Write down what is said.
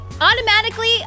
automatically